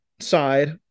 side